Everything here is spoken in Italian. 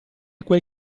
quel